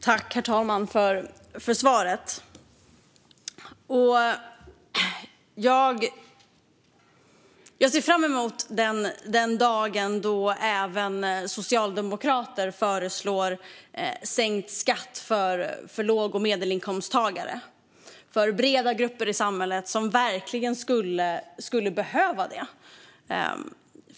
Herr talman! Jag ser fram emot den dag då även socialdemokrater föreslår sänkt skatt för låg och medelinkomsttagare - för breda grupper i samhället som verkligen skulle behöva det.